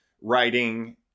writing